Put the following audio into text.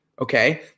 okay